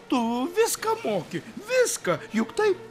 tu viską moki viską juk taip